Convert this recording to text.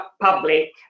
public